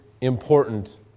important